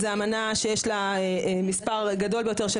זו האמנה שיש לה מספר גדול ביותר של